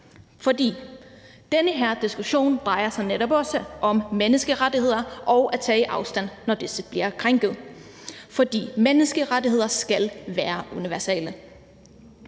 For den her diskussion drejer sig netop også om menneskerettigheder og om at tage afstand, når disse bliver krænket, for menneskerettigheder skal være universelle.